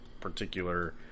particular